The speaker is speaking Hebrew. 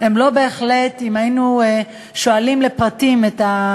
אם בתוך הפעימה הזאת אמורים להיות כלולים אזרחי מדינת ישראל,